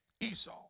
Esau